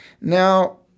Now